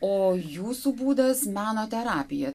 o jūsų būdas meno terapija